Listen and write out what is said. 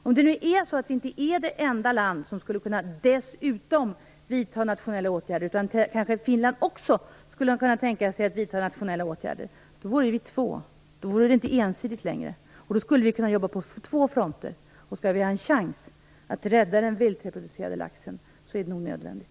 Om det nu är så att vi inte är det enda land som dessutom skulle kunna vidta nationella åtgärder, utan att Finland också skulle kunna tänka sig att vidta nationella åtgärder, vore vi ju två. Då vore det inte ensidigt längre, och då skulle vi kunna jobba på två fronter. Om vi skall ha en chans att rädda den vildreproducerande laxen är det nog nödvändigt.